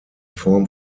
form